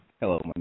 Hello